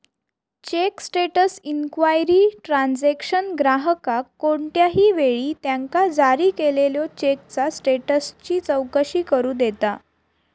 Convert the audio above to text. check status enquiry transaction ग्राहकाक कोणत्याही वेळी त्यांका जारी केलेल्यो चेकचा स्टेटसची चौकशी करू देता